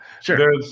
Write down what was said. Sure